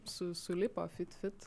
su sulipo